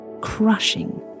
Crushing